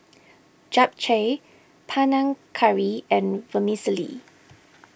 Japchae Panang Curry and Vermicelli